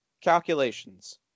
calculations